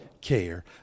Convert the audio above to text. care